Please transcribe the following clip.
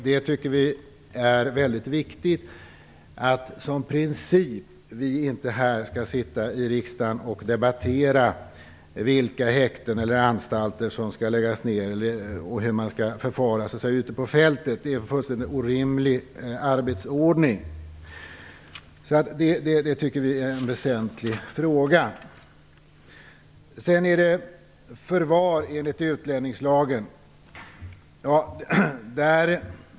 Vi tycker att det är mycket viktigt att vi som princip inte skall sitta i riksdagen och debattera vilka häkten eller anstalter som skall läggas ner och hur man skall förfara ute på fältet. Det är en helt orimlig arbetsordning. Det tycker vi är en väsentlig fråga. Så till förvar enligt utlänningslagen.